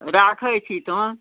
राखै छी तहन